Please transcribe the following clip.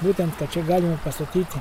būtent kad čia galima pastatyti